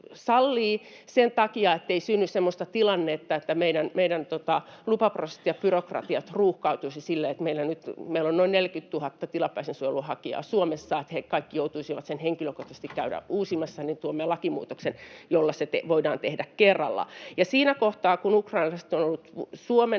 sen takia, ettei synny sellaista tilannetta, että meidän lupaprosessit ja byrokratiat ruuhkautuisivat siksi, että meillä on noin 40 000 tilapäisen suojelun hakijaa Suomessa ja he kaikki joutuisivat henkilökohtaisesti käymään sen uusimassa. Tuomme lakimuutoksen, jolla se voidaan tehdä kerralla. Ja siinä kohtaa, kun ukrainalaiset ovat olleet Suomessa